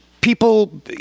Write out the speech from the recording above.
people